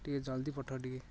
ଟିକେଏ ଜଲ୍ଦି ପଠା ଟିକେ